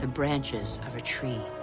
ah branches of a tree,